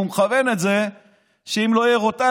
הוא מכוון את זה כך שאם לא תהיה רוטציה,